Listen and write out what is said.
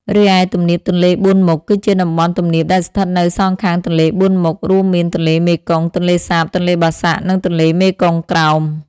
រីឯ ទំនាបទន្លេបួនមុខ គឺជាតំបន់ទំនាបដែលស្ថិតនៅសងខាងទន្លេបួនមុខ រួមមានទន្លេមេគង្គ ទន្លេសាប ទន្លេបាសាក់ និងទន្លេមេគង្គក្រោម។